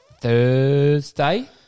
Thursday